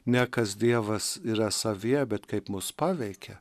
ne kas dievas yra savyje bet kaip mus paveikia